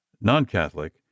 non-Catholic